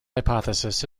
hypothesis